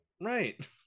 Right